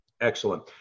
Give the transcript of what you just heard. Excellent